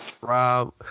Rob